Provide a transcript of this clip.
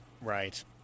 Right